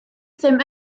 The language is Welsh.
ddim